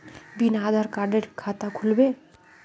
बिना आधार कार्डेर खाता खुल बे?